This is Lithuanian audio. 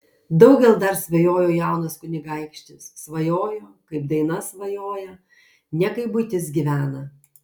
daugel dar svajojo jaunas kunigaikštis svajojo kaip daina svajoja ne kaip buitis gyvena